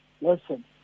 listen